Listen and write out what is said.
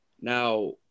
Now